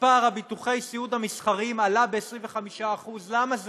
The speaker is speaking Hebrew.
מספר ביטוחי הסיעוד המסחריים עלה ב-25%, למה זה?